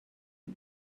you